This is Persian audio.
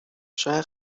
شاید